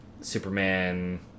Superman